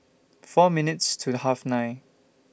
four minutes to The Half nine